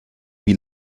wie